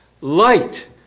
light